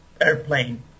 airplane